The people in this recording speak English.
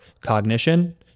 cognition